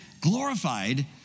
glorified